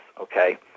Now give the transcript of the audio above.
okay